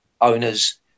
owners